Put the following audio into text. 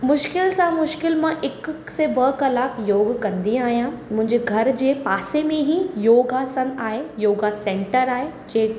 मुश्किल सां मुश्किलु मां हिकु से ॿ किलाक योगु कंदी आहियां मुंहिंजे घर जे पासे में ई योगासन आहे योगा सेंटर आहे जे